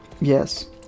Yes